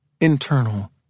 internal